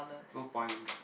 no point